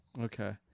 Okay